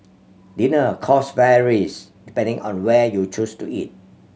dinner cost varies depending on where you choose to eat